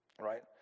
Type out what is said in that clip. Right